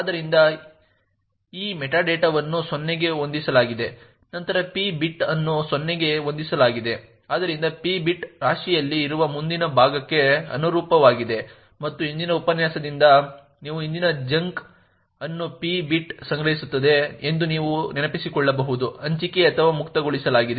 ಆದ್ದರಿಂದ ಈ ಮೆಟಾಡೇಟಾವನ್ನು 0 ಗೆ ಹೊಂದಿಸಲಾಗಿದೆ ನಂತರ p ಬಿಟ್ ಅನ್ನು 0 ಗೆ ಹೊಂದಿಸಲಾಗಿದೆ ಆದ್ದರಿಂದ p ಬಿಟ್ ರಾಶಿಯಲ್ಲಿ ಇರುವ ಮುಂದಿನ ಭಾಗಕ್ಕೆ ಅನುರೂಪವಾಗಿದೆ ಮತ್ತು ಹಿಂದಿನ ಉಪನ್ಯಾಸದಿಂದ ನೀವು ಹಿಂದಿನ ಜಂಕ್ ಅನ್ನು p ಬಿಟ್ ಸಂಗ್ರಹಿಸುತ್ತದೆ ಎಂದು ನೀವು ನೆನಪಿಸಿಕೊಳ್ಳಬಹುದು ಹಂಚಿಕೆ ಅಥವಾ ಮುಕ್ತಗೊಳಿಸಲಾಗಿದೆ